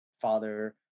father